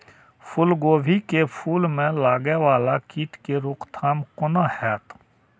फुल गोभी के फुल में लागे वाला कीट के रोकथाम कौना हैत?